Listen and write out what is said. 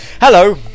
Hello